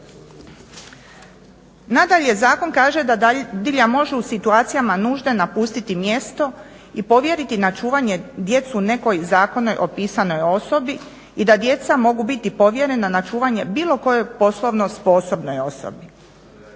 Nadalje zakon kaže da dadilja može u situacijama nužde napustiti mjesto i povjeriti na čuvanje djecu nekoj zakonom opisanoj osobi i da djeca mogu biti povjerena na čuvanje bilo kojoj poslovno sposobnoj osobi,